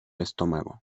estómago